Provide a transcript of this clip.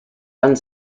one